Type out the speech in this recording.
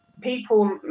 people